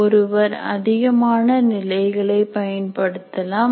ஒருவர் அதிகமான நிலைகளை பயன்படுத்தலாம்